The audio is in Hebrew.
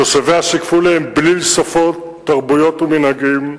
תושביה שיקפו להם בליל שפות, תרבויות ומנהגים,